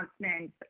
announcement